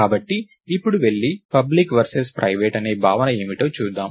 కాబట్టి ఇప్పుడు వెళ్లి పబ్లిక్ వర్సెస్ ప్రైవేట్ అనే ఈ భావన ఏమిటో చూద్దాం